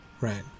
Right